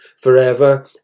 forever